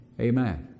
Amen